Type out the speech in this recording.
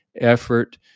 effort